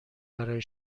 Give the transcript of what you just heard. برای